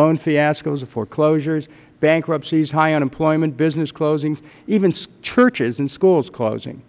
loan fiascos the foreclosures bankruptcies high unemployment business closings even churches and schools closing